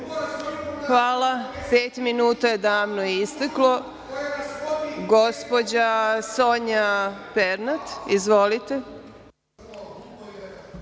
Hvala. Pet minuta je davno isteklo. Gospođa Sonja Pernat, izvolite.